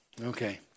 Okay